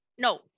No